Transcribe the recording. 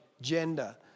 gender